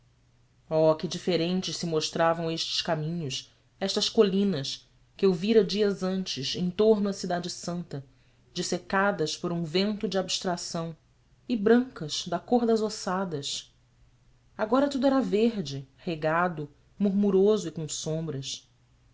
oh que diferentes se mostravam estes caminhos estas colinas que eu vira dias antes em torno à cidade santa dessecadas por um vento de abstração e brancas da cor das ossadas agora tudo era verde regado murmuroso e com sombras